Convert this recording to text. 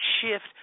shift